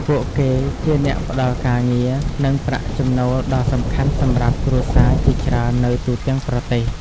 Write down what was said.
ពួកគេជាអ្នកផ្តល់ការងារ និងប្រាក់ចំណូលដ៏សំខាន់សម្រាប់គ្រួសារជាច្រើននៅទូទាំងប្រទេស។